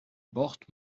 bocht